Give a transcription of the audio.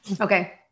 Okay